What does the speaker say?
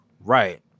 Right